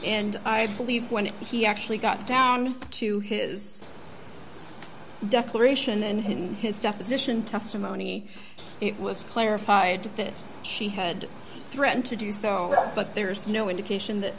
and i believe when he actually got down to his declaration and his deposition testimony it was clarified that she had threatened to do so but there is no indication that